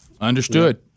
Understood